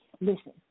listen